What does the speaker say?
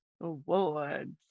Awards